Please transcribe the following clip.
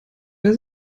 wer